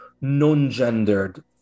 non-gendered